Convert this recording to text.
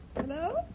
Hello